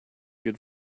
good